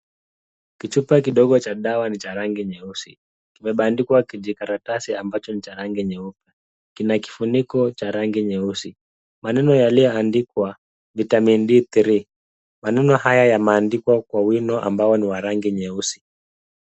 Kichupa kidogo cha dawa ni cha rangi nyeusi. Kimebandikwa kijikaratasi ambacho ni cha rangi nyeupe. Kina kifuniko cha rangi nyeusi. Maneno yaliyoandikwa Vitamin D3 . Maneno haya yameandikwa kwa wino ambao ni wa rangi nyeusi.